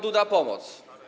Duda pomoc.